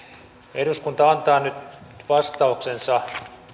eduskunta antaa vastauksensa